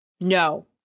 No